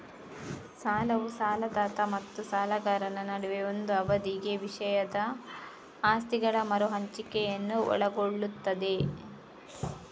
ಸಾಲವು ಸಾಲದಾತ ಮತ್ತು ಸಾಲಗಾರನ ನಡುವೆ ಒಂದು ಅವಧಿಗೆ ವಿಷಯದ ಆಸ್ತಿಗಳ ಮರು ಹಂಚಿಕೆಯನ್ನು ಒಳಗೊಳ್ಳುತ್ತದೆ